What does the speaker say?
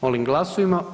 Molim glasujmo.